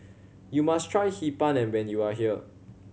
you must try Hee Pan and when you are here